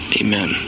amen